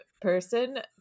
person